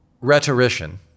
rhetorician